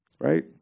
Right